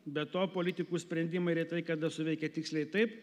be to politikų sprendimai retai kada suveikia tiksliai taip